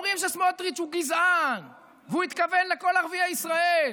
ואומרים שסמוטריץ' הוא גזען והוא התכוון לכל ערביי ישראל.